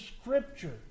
Scripture